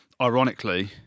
ironically